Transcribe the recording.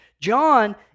John